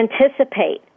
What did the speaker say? anticipate